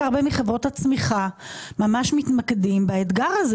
הרבה מחברות הצמיחה ממש מתמקדות באתגר הזה.